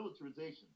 militarization